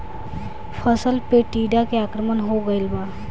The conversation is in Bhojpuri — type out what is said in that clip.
फसल पे टीडा के आक्रमण हो गइल बा?